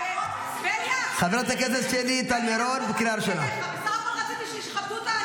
בליאק, לא פניתי אליך, בסך הכול רציתי --- את